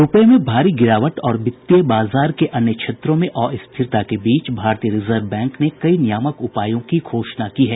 रुपये में भारी गिरावट और वित्तीय बाजार के अन्य क्षेत्रों में अस्थिरता के बीच भारतीय रिजर्व बैंक ने कई नियामक उपायों की घोषणा की है